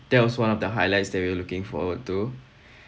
that was one of the highlights that we were looking forward to